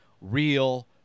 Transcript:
real